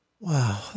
Wow